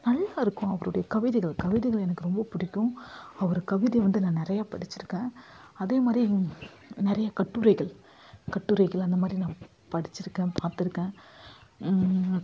நல்லாயிருக்கும் அவருடைய கவிதைகள் கவிதைகள் எனக்கு ரொம்ப பிடிக்கும் அவர் கவிதை வந்து நான் நிறைய படிச்சிருக்கேன் அதேமாதிரி நிறைய கட்டுரைகள் கட்டுரைகள் அந்தமாதிரி நான் படிச்சிருக்கேன் பார்த்திருக்கேன்